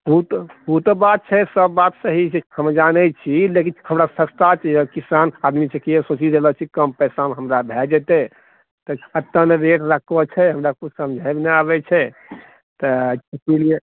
ओ तऽ ओ तऽ बात छै सब सही छै हमे जानै छी लेकिन हमरा सस्ता चाही किसान आदमी छिऐ ताहि लए कऽ चाहैत छी कि कम पैसामे हमरा भए जेतै तऽ एतना ने रेट रखने छै हमरा किछु समझेमे नहि आबैत छै तऽ इसीलिए